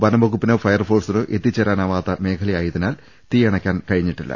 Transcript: വനംവകു പ്പിനോ ഫയർഫോഴ്സിനോ എത്തിച്ചേരാനാകാത്ത മേഖലയായതി നാൽ തീയണക്കാൻ ആയിട്ടില്ല